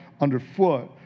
underfoot